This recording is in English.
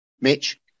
Mitch